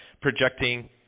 projecting